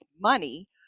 money